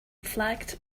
flagged